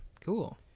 cool